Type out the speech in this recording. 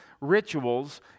rituals